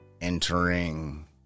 entering